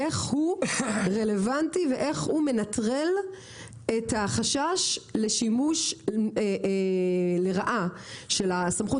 איך הוא רלוונטי ואיך הוא מנטרל את החשש לשימוש לרעה של הסמכות